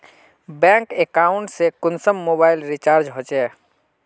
Bank account से कुंसम mobile recharge होचे?